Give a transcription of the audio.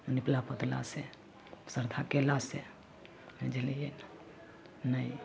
निपला पोतलासँ श्रद्धा कएलासँ बुझलिए नहि